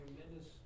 tremendous